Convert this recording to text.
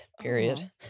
period